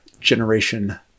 generation